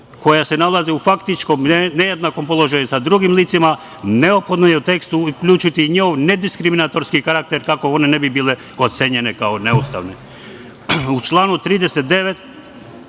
koje se nalaze u faktički nejednakom položaju sa drugim licima, neophodno je u tekstu uključiti njihov nediskriminatorski karakter kako one ne bi bili ocenjene kao neustavne.U članu 39.